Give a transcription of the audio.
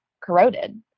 corroded